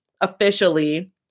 officially